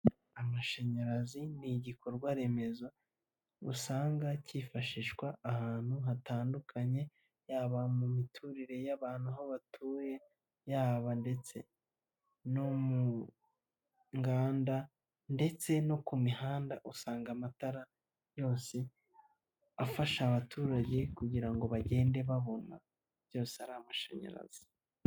Amashanyarazi ni igikorwa remezo usanga kifashishwa ahantu hatandukanye yaba mu miturire y'abantu aho batuye yaba ndetse no mu nganda ndetse no ku mihanda usanga amatara yose afasha abaturage kugira ngo bagende babona byose ari amashanyarazi.